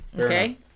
Okay